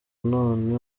none